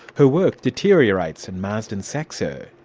her work deteriorates and marsden sacks her.